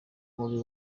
mubi